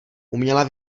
uměla